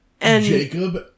Jacob